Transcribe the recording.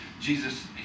Jesus